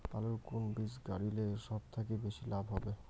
আলুর কুন বীজ গারিলে সব থাকি বেশি লাভ হবে?